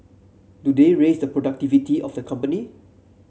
do they raise the productivity of the company